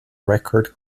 record